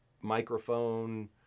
microphone